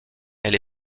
elle